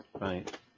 right